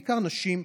בעיקר נשים,